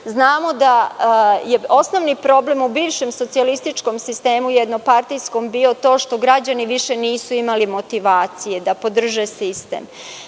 da je osnovni problem u bivšem socijalističkom sistemu jednopartijskom bio to što građani više nisu imali motivacije da podrže sistem. Dakle,